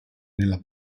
nella